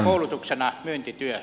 arvoisa puhemies